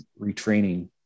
retraining